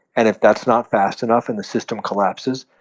and if that's not fast enough and the system collapses,